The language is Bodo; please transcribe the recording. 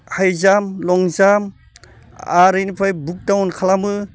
हाइ जाम्प लं जाम्प आरो इनिफ्राय बुख डाउन खालामो